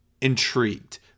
intrigued